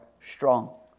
strong